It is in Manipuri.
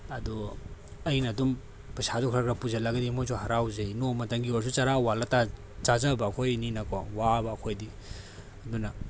ꯑꯗꯣ ꯑꯩꯅ ꯑꯗꯨꯝ ꯄꯩꯁꯥꯗꯣ ꯈꯔ ꯈꯔ ꯄꯨꯁꯤꯜꯂꯒꯗꯤ ꯃꯣꯏꯁꯨ ꯍꯔꯥꯎꯖꯩ ꯅꯣꯡꯃꯇꯪꯒꯤ ꯑꯣꯏꯔꯁꯨ ꯆꯥꯔꯥ ꯋꯥꯜꯂ ꯆꯥꯖꯕ ꯑꯩꯈꯣꯏꯅꯤꯅꯀꯣ ꯋꯥꯕ ꯑꯩꯈꯣꯏꯗꯤ ꯑꯗꯨꯅ